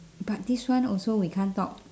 but this one also we can't talk